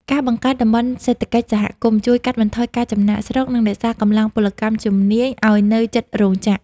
ការបង្កើតតំបន់សេដ្ឋកិច្ចសហគមន៍ ជួយកាត់បន្ថយការចំណាកស្រុក និងរក្សាកម្លាំងពលកម្មជំនាញឱ្យនៅជិតរោងចក្រ។